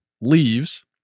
leaves